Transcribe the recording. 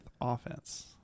offense